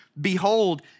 behold